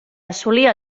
assolir